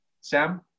Sam